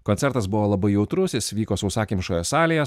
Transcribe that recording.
koncertas buvo labai jautrus jis vyko sausakimšoje salėje